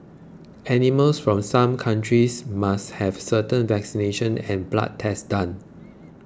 animals from some countries must have certain vaccinations and blood tests done